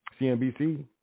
CNBC